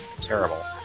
terrible